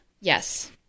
Yes